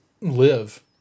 live